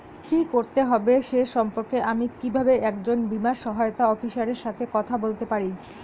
কী করতে হবে সে সম্পর্কে আমি কীভাবে একজন বীমা সহায়তা অফিসারের সাথে কথা বলতে পারি?